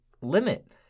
limit